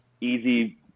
Easy